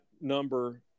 number